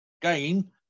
gain